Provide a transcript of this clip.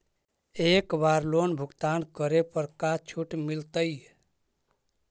एक बार लोन भुगतान करे पर का छुट मिल तइ?